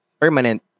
permanent